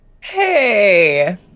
hey